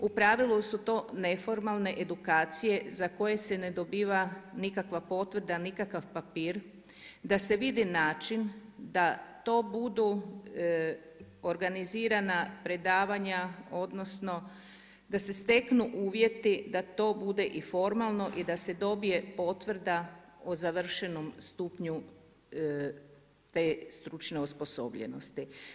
U pravilu su to neformalne edukacije za koje se ne dobiva nikakva potvrda, nikakav papir, da se vidi način da to budu organizirana predavanja odnosno da se steknu uvjeti da to bude i formalno o da se dobiju potvrda o završenom stupnju te stručne osposobljenosti.